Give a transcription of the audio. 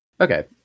Okay